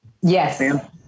Yes